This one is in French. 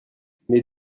mes